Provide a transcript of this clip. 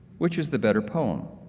which is the better poem?